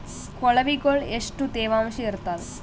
ಕೊಳವಿಗೊಳ ಎಷ್ಟು ತೇವಾಂಶ ಇರ್ತಾದ?